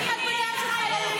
אז אל תשבי ותצעקי.